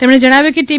તેમણે જણાવ્યુ કે ટી